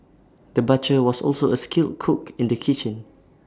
the butcher was also A skilled cook in the kitchen